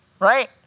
right